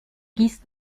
gießt